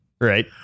Right